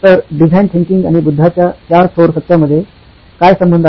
तर design thinking आणि बुद्धाच्या चार थोर सत्यांमध्ये काय संबंध आहे